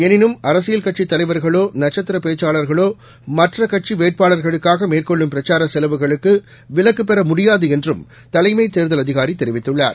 எனிமை கட்சித் தலைவர்களோ அரசியல் நட்சத்திரபேச்சாளர்களோமற்றகட்சிவேட்பாளர்களுக்காகமேற்கொள்ளும் பிரச்சாரசெலவுகளுக்குவிலக்குபெறமுடியாதுஎன்றும் தலைமைதேர்தல் அதிகாரிதெரிவித்துள்ளார்